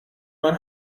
man